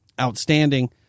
outstanding